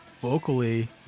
vocally